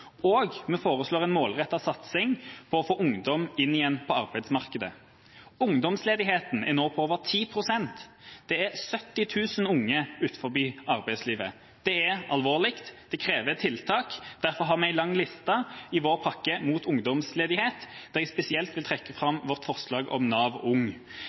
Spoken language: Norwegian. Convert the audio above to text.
og vi foreslår en målrettet satsing på å få ungdom inn igjen på arbeidsmarkedet. Ungdomsledigheten er nå på over 10 pst. Det er 70 000 unge utenfor arbeidslivet. Det er alvorlig. Det krever tiltak. Derfor har vi en lang liste i vår pakke mot ungdomsledighet, der jeg spesielt vil trekke fram vårt forslag om Nav Ung.